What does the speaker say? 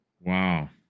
Wow